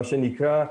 מה שנקרא,